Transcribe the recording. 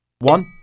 One